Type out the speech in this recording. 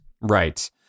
Right